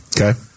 Okay